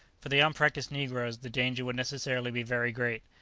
for the unpractised negroes the danger would necessarily be very great.